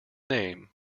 name